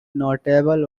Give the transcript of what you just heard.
notable